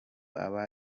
aba